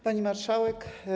Pani Marszałek!